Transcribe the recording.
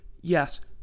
Yes